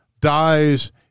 dies